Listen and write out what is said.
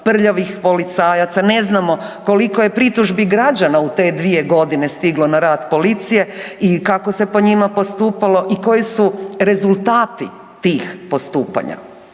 prljavih policajaca, ne znamo koliko je pritužbi građana u te dvije godine stiglo na rad policije i kako se po njima postupalo i koji su rezultati tih postupanja.